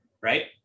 right